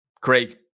Craig